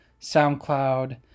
SoundCloud